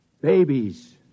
Babies